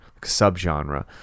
subgenre